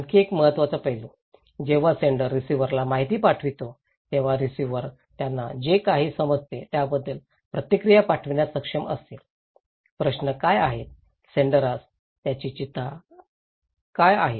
आणखी एक महत्त्वाचा पैलू जेव्हा सेण्डर रिसीव्हरला माहिती पाठवितो तेव्हा रिसिव्हर त्यांना जे काही समजते त्याबद्दल प्रतिक्रिया पाठविण्यास सक्षम असेल प्रश्न काय आहेत सेण्डरास त्यांची चिंता काय आहे